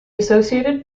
associated